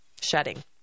shedding